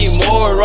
more